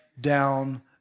down